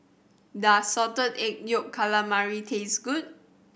does Salted Egg Yolk Calamari taste good